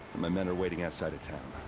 my men are waiting outside of town.